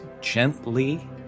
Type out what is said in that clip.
gently